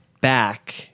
back